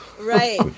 Right